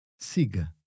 siga